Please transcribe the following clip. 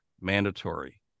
mandatory